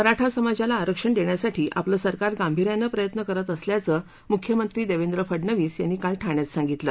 मराठा समाजाला आरक्षण देण्यासाठी आपलं सरकार गांभिर्यानं प्रयत्न करत असल्याचं मुख्यमंत्री देवेंद्र फडनवीस यांनी काल ठाण्यात सांगितलं